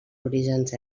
orígens